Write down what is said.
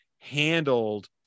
handled